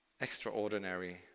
extraordinary